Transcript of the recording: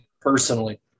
personally